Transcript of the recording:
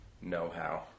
know-how